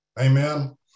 Amen